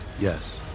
yes